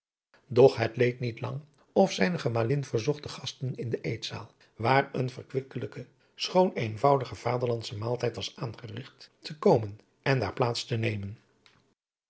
het leed niet lang of zijne gemalin verzocht de gasten in de eetzaal waar een verkwikkelijke schoon eenvoudige vaderlandsche maaltijd was aangerigt te komen en daar plaats te nemen